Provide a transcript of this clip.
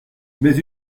mais